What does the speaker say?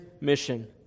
mission